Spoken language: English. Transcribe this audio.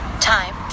time